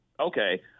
okay